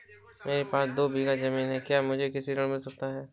मेरे पास दो बीघा ज़मीन है क्या मुझे कृषि ऋण मिल सकता है?